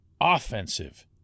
offensive